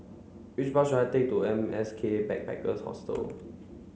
which bus should I take to M S K Backpackers Hostel